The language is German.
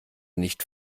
nicht